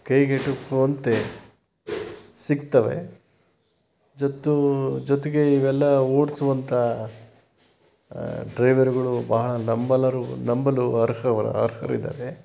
ಕೈಗೆಟುಕುವಂತೆ ಸಿಕ್ತವೆ ಜೊತ್ತು ಜೊತೆಗೆ ಇವೆಲ್ಲ ಓಡಿಸುವಂಥ ಡ್ರೈವರ್ಗಳು ಭಾಳ ನಂಬಲರು ನಂಬಲು ಅರ್ಹವ ಅರ್ಹರಿದ್ದಾರೆ